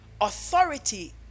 authority